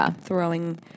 throwing